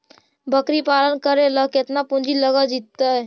बकरी पालन करे ल केतना पुंजी लग जितै?